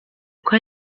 uko